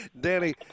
Danny